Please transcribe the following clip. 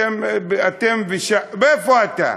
אתם, איפה אתה?